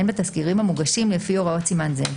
בתסקירים המוגשים לפי הוראות סימן זה,